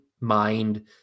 mind